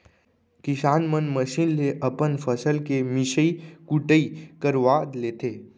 किसान मन मसीन ले अपन फसल के मिसई कुटई करवा लेथें